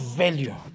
value